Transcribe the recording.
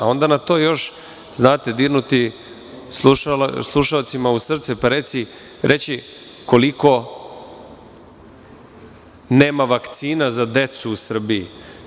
Onda na to još dirnuti slušaocima u srce pa reći koliko nema vakcina za decu u Srbiji.